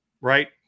right